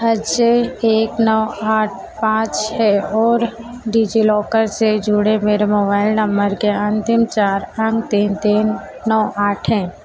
है J K नौ आठ पाँच छः और डिजीलाॅकर से जुड़े मेरे मोबाइल नम्मर के अन्तिम चार अंक तीन तीन नौ आठ है